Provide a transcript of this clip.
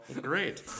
Great